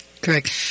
Correct